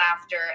laughter